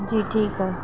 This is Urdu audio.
جی ٹھیک ہے